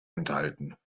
enthalten